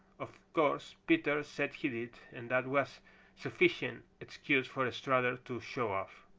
of course peter said he did, and that was sufficient excuse for strutter to show off.